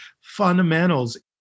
fundamentals